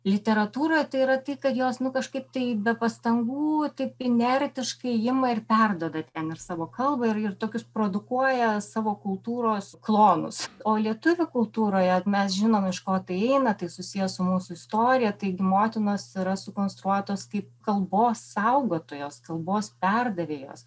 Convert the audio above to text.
literatūroje tai yra tai kad jos nu kažkaip tai be pastangų taip inertiškai ima ir perduoda ten ir savo kalbą ir ir tokius produkuoja savo kultūros klonus o lietuvių kultūroje mes žinome iš ko tai eina tai susiję su mūsų istorija taigi motinos yra sukonstruotos kaip kalbos saugotojos kalbos perdavėjos